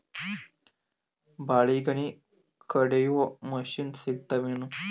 ಬಾಳಿಗೊನಿ ಕಡಿಯು ಮಷಿನ್ ಸಿಗತವೇನು?